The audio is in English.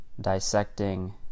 dissecting